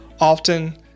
often